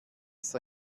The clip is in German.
ist